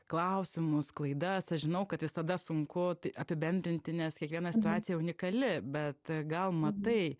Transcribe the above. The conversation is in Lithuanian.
klausimus klaidas aš žinau kad visada sunku apibendrinti nes kiekviena situacija unikali bet gal matai